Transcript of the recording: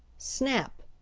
snap!